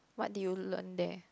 what did you learn there